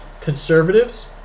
conservatives